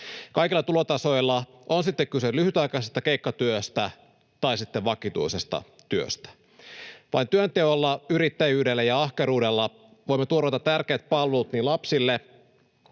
kaikilla tulotasoilla, on sitten kyse lyhytaikaisesta keikkatyöstä tai vakituisesta työstä. Vain työnteolla, yrittäjyydellä ja ahkeruudella voimme turvata tärkeät palvelut niin lapsille